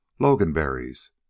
Loganberries